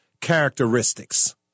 characteristics